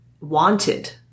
wanted